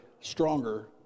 stronger